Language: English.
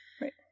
Right